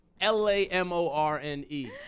L-A-M-O-R-N-E